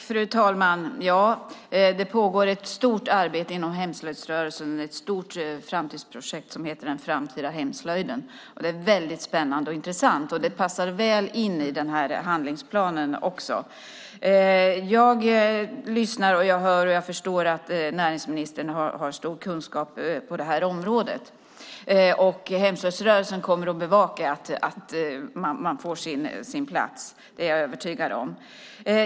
Fru talman! Det pågår ett stort arbete inom hemslöjdsrörelsen, ett stort framtidsprojekt som heter Den framtida hemslöjden, och det är väldigt spännande och intressant. Det passar också väl in i den här handlingsplanen. Jag lyssnar och förstår att näringsministern har stor kunskap på detta område. Jag är övertygad om att hemslöjdsrörelsen kommer att bevaka att man får sin plats.